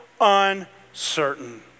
uncertain